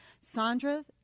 Sandra